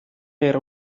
era